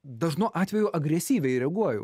dažnu atveju agresyviai reaguoju